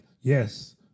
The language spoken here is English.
yes